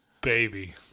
Baby